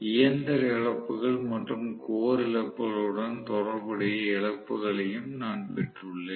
இயந்திர இழப்புகள் மற்றும் கோர் இழப்புகளுடன் தொடர்புடைய இழப்புகளையும் நான் பெற்றுள்ளேன்